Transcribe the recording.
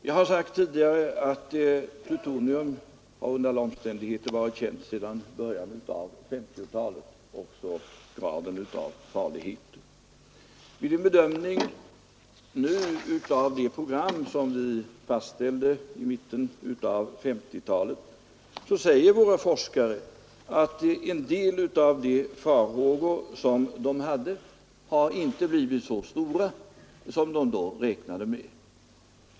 Jag har sagt tidigare att ämnet plutonium och graden av dess farlighet under alla omständigheter har varit kända sedan början av 1950-talet. Vid en bedömning nu av det program som vi fastställde i mitten av 1950-talet säger våra forskare, att en del av de farhågor som de då hade inte har besannats i så stor utsträckning som de då räknade med.